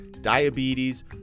diabetes